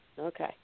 Okay